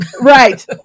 Right